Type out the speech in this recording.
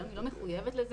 היום היא לא מחויבת לזה.